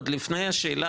עוד לפני השאלה,